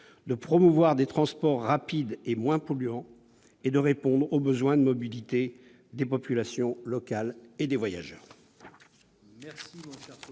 de promouvoir des transports rapides et moins polluants et de répondre aux besoins de mobilité des populations locales et des voyageurs.